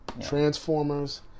Transformers